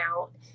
out